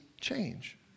change